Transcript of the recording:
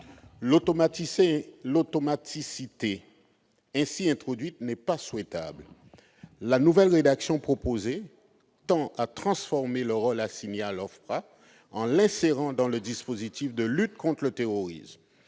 L'automaticité ainsi introduite n'est pas souhaitable. Ensuite, la nouvelle rédaction proposée tend à transformer le rôle assigné à l'OFPRA, en l'insérant dans le dispositif de lutte contre le terrorisme.